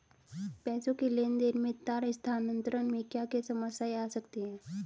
पैसों के लेन देन में तार स्थानांतरण में क्या क्या समस्याएं आ सकती हैं?